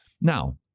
Now